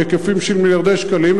בהיקפים של מיליארדי שקלים,